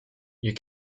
you